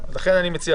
לכן אני מצביע